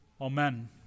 Amen